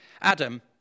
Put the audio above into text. Adam